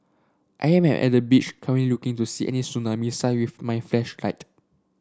I am I at the beach currently looking to see any tsunami sign with my